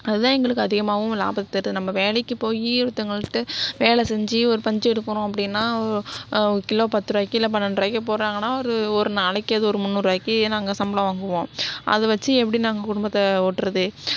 அதுதான் எங்களுக்கு அதிகமாகவும் லாபத்தை தருது நம்ம வேலைக்கு போய் ஒருத்தவங்கள்ட வேலை செஞ்சு ஒரு பஞ்சு எடுக்கிறோம் அப்படினா ஒரு கிலோ பத்துருபாக்கி இல்லை பன்னெண்டு ரூபாய்க்கி போடுறாங்கனா அது ஒரு நாளைக்கு அது ஒரு முன்னூறு ரூபாய்கி நாங்கள் சம்பளம் வாங்குவோம் அது வச்சு எப்படி நாங்கள் குடும்பத்தை ஓட்டுறது